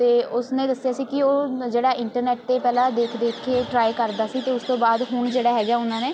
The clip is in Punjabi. ਅਤੇ ਉਸ ਨੇ ਦੱਸਿਆ ਸੀ ਕਿ ਉਹ ਜਿਹੜਾ ਇੰਟਰਨੈਟ 'ਤੇ ਪਹਿਲਾਂ ਦੇਖ ਦੇਖ ਕੇ ਟਰਾਈ ਕਰਦਾ ਸੀ ਅਤੇ ਉਸ ਤੋਂ ਬਾਅਦ ਹੁਣ ਜਿਹੜਾ ਹੈਗਾ ਉਹਨਾਂ ਨੇ